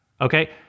Okay